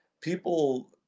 people